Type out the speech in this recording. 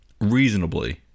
reasonably